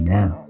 Now